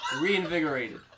reinvigorated